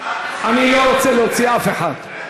אני לא רוצה להוציא אף אחד.